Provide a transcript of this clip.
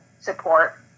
support